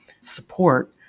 support